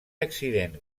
accident